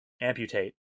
amputate